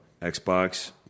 Xbox